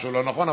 משהו לא נכון,